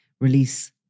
release